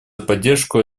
поддержку